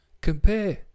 Compare